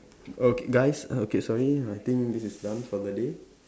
ok guys okay sorry I think this is done for the day